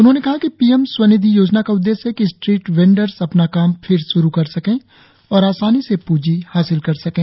उन्होंने कहा कि पीएम स्वनिधि योजना का उद्देश्य है कि स्ट्रीट वेंडर अपना काम फिर श्रू कर सकें और आसानी से पूंजी हासिल कर सकें